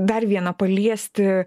dar vieną paliesti